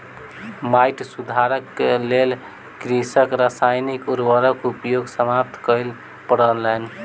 माइट सुधारक लेल कृषकक रासायनिक उर्वरक उपयोग समाप्त करअ पड़लैन